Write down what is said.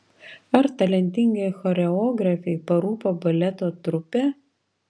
ar talentingai choreografei parūpo baleto trupė